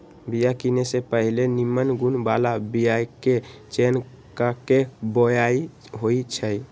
बिया किने से पहिले निम्मन गुण बला बीयाके चयन क के बोआइ होइ छइ